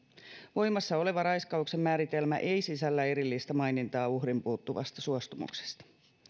voimassa oleva raiskauksen määritelmä ei sisällä erillistä mainintaa uhrin puuttuvasta suostumuksesta